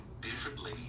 differently